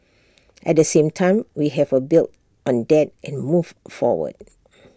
at the same time we have A build on that and move forward